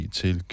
til